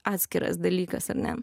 atskiras dalykas ar ne